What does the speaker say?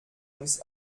uns